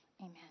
Amen